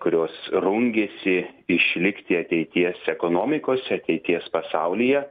kurios rungėsi išlikti ateities ekonomikos ateities pasaulyje